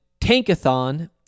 Tankathon